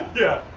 yeah,